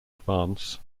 advance